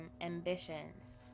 ambitions